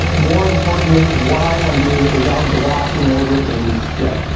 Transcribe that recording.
more importantly, why i'm doing it without and glossing over any step.